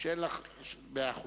מאה אחוז,